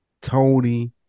Tony